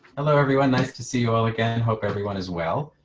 hello everyone. nice to see you all again hope everyone is well